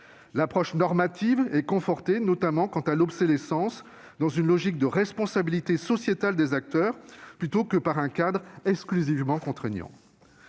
L'approche normative est confortée notamment, quant à l'obsolescence, dans une logique de responsabilité sociétale des acteurs plutôt qu'au travers d'un cadre exclusivement contraignant.